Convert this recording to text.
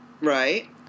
Right